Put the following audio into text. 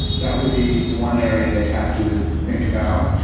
that would be one area they'd have to think about.